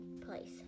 place